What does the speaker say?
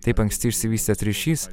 taip anksti išsivystęs ryšys